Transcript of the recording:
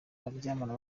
abaryamana